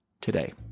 today